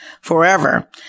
forever